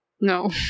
No